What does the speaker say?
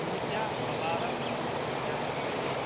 کۭتیاہ الارام چھِ سیٹ کٔرِتھ